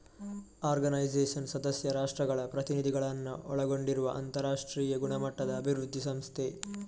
organisation ಸದಸ್ಯ ರಾಷ್ಟ್ರಗಳ ಪ್ರತಿನಿಧಿಗಳನ್ನ ಒಳಗೊಂಡಿರುವ ಅಂತರಾಷ್ಟ್ರೀಯ ಗುಣಮಟ್ಟದ ಅಭಿವೃದ್ಧಿ ಸಂಸ್ಥೆ